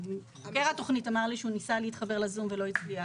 חוקר התכנית אמר לי שהוא ניסה להתחבר לזום ולא הצליח.